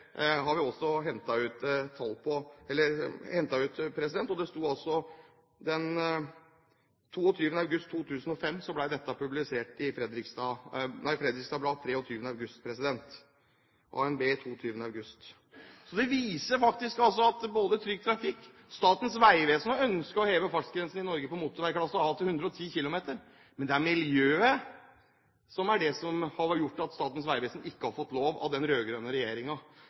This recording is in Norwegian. har vi også innhentet tall på. Den 23. august 2005 ble dette publisert i Fredriksstad Blad og i ANB den 22. august. Det viser faktisk at både Trygg Trafikk og Statens vegvesen har ønsket å heve fartsgrensen i Norge på motorvei klasse A til 110 km/t, men hensynet til miljøet har gjort at Statens vegvesen ikke har fått lov av den